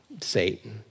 Satan